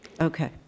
Okay